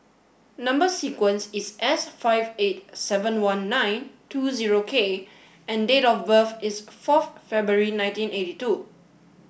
number sequence is S five eight seven one nine two zero K and date of birth is forth February nineteen eighty two